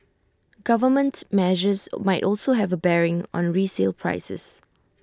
government measures might also have A bearing on resale prices